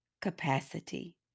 capacity